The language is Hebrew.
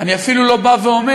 אני אפילו לא אומר: